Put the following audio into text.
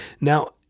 now